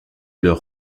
leur